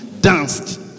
danced